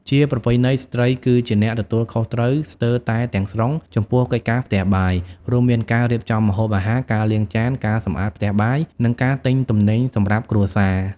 ជាប្រពៃណី ស្ត្រីគឺជាអ្នកទទួលខុសត្រូវស្ទើរតែទាំងស្រុងចំពោះកិច្ចការផ្ទះបាយ រួមមានការរៀបចំម្ហូបអាហារ ការលាងចាន ការសម្អាតផ្ទះបាយ និងការទិញទំនិញសម្រាប់គ្រួសារ។